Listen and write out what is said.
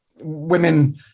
women